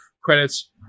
credits